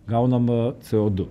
gaunam c o du